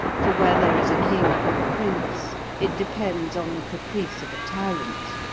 for where there is a king or a prince it depends on the caprice of a tyrant,